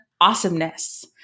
awesomeness